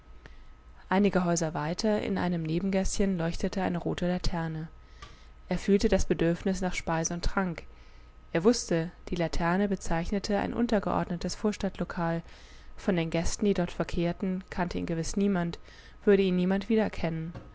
einige häuser weiter in einem nebengäßchen leuchtete eine rote laterne er fühlte das bedürfnis nach speise und trank er wußte die laterne bezeichnete ein untergeordnetes vorstadtlokal von den gästen die dort verkehrten kannte ihn gewiß niemand würde ihn niemand wiedererkennen